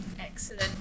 Excellent